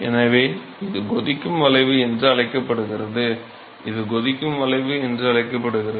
எனவே இது கொதிக்கும் வளைவு என்று அழைக்கப்படுகிறது